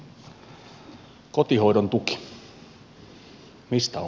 mistä on kysymys